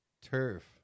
Turf